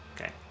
Okay